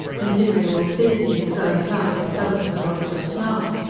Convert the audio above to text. considering all the visiting and going about that fell to her lot just now.